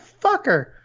fucker